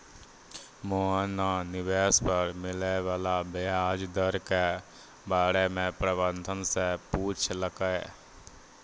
मोहन न निवेश पर मिले वाला व्याज दर के बारे म प्रबंधक स पूछलकै